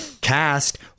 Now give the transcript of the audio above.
cast